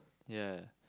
ya